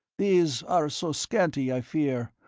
these are so scanty, i fear,